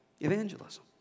Evangelism